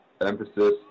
emphasis